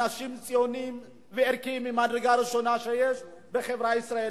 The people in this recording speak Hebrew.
אנשים ציוניים וערכיים ממדרגה ראשונה בחברה הישראלית.